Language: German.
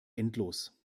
endlos